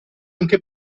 anche